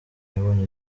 yabonye